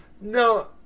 No